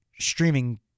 streaming